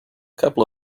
couple